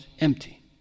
Empty